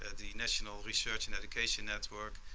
the national research and education network.